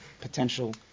potential